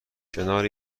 کنار